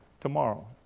tomorrow